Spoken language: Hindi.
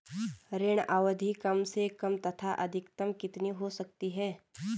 ऋण अवधि कम से कम तथा अधिकतम कितनी हो सकती है?